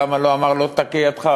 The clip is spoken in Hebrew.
למה לא אמר: תכה ידך?